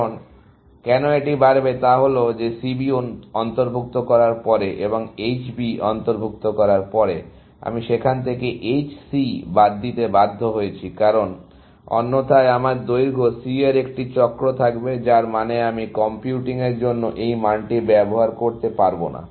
কারণ কেন এটি বাড়বে তা হল যে C B অন্তর্ভুক্ত করার পরে এবং H B অন্তর্ভুক্ত করার পরে আমি সেখান থেকে H C বাদ দিতে বাধ্য হয়েছি কারণ অন্যথায় আমার দৈর্ঘ্য C এর একটি চক্র থাকবে যার মানে আমি কম্পিউটিংয়ের জন্য এই মানটি ব্যবহার করতে পারব না